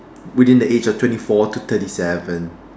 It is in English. within the age of twenty four to thirty seven